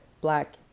black